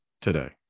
today